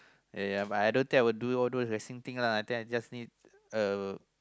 uh I don't think I would do all those racing things lah I think I just need ah